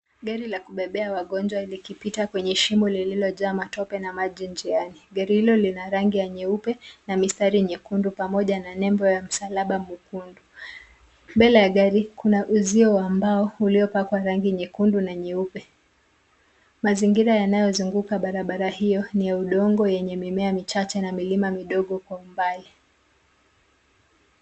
Gari la kubebea wagonjwa linapita kwenye shimo lililojaa matope na maji maji njiani. Gari hilo lina rangi nyeupe na mistari myekundu pamoja na alama ya msalaba mwekundu. Mbele ya gari, kuna uzio wa mbao uliopakwa rangi nyekundu na nyeupe. Mazingira yanayozunguka barabara hiyo ya udongo yana mimea michache na milima midogo kwa mbali.